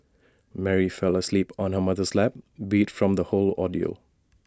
Mary fell asleep on her mother's lap beat from the whole ordeal